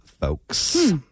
folks